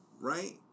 right